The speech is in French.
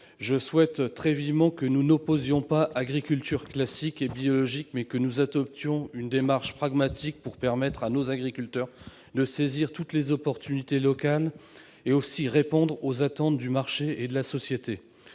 Je souhaite très vivement que nous n'opposions pas agriculture classique et agriculture biologique, mais que nous adoptions une démarche pragmatique pour permettre à nos agriculteurs de saisir toutes les opportunités locales, mais aussi pour répondre aux attentes du marché et de la société.